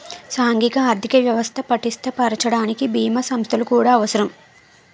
సాంఘిక ఆర్థిక వ్యవస్థ పటిష్ట పరచడానికి బీమా సంస్థలు కూడా అవసరం